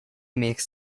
makes